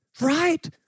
right